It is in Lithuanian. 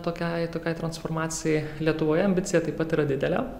tokiai tokiai transformacijai lietuvoje ambicija taip pat yra didelė